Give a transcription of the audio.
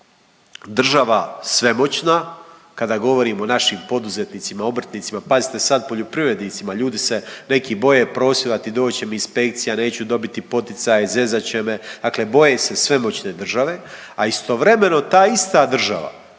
nas država svemoćna kada govorim o našim poduzetnicima, obrtnicima, pazite sad poljoprivrednicima. Ljudi se neki boje prosvjedovati doći će mi inspekcija neću dobiti poticaje, zezat će me, dakle boje se svemoćne države. A istovremeno ta ista država